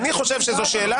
אני לא מבין, גלעד.